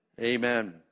Amen